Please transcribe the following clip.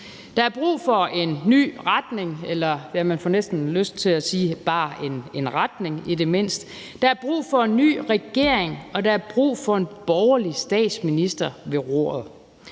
Der er brug for en ny retning, ja, man får næsten lyst til at sige, at der er brug for bare en retning i det mindste. Der er brug for en ny regering, og der er brug for en borgerlig statsminister ved roret.